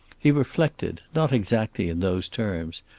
he reflected, not exactly in those terms,